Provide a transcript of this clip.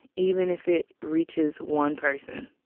even if it reaches one person.